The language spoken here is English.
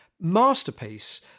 masterpiece